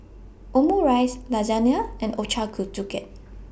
Omurice Lasagne and Ochazuke